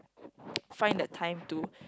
find the time to